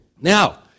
Now